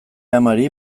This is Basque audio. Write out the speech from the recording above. amari